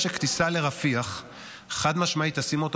זה אומר שכניסה לרפיח חד-משמעית תשים אותו